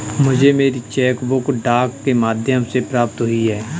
मुझे मेरी cheque book डाक के माध्यम से प्राप्त हुई है